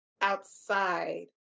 outside